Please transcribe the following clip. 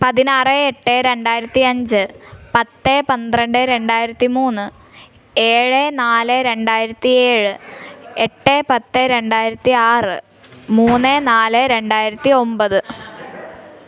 പതിനാറ് എട്ട് രണ്ടായിരത്തി അഞ്ച് പത്ത് പന്ത്രണ്ട് രണ്ടായിരത്തി മൂന്ന് ഏഴ് നാല് രണ്ടായിരത്തി ഏഴ് എട്ട് പത്ത് രണ്ടായിരത്തി ആറ് മൂന്ന് നാല് രണ്ടായിരത്തി ഒൻപത്